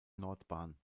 nordbahn